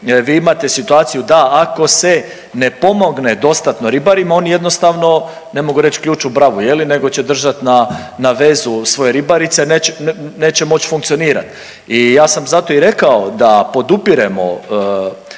vi imate situaciju da ako se ne pomogne dostatno ribarima oni jednostavno, ne mogu reć ključ u bravu je li, nego će držat na, na vezu svoje ribarice, neće moć funkcionirat i ja sam zato i rekao da podupiremo